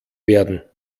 werden